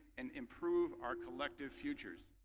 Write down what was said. and improve our collective futures.